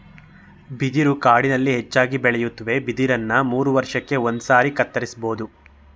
ಬಿದಿರು ಕಾಡಿನಲ್ಲಿ ಹೆಚ್ಚಾಗಿ ಬೆಳೆಯುತ್ವೆ ಬಿದಿರನ್ನ ಮೂರುವರ್ಷಕ್ಕೆ ಒಂದ್ಸಾರಿ ಕತ್ತರಿಸ್ಬೋದು